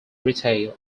retail